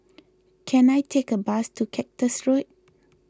can I take a bus to Cactus Road